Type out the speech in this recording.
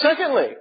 secondly